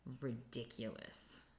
ridiculous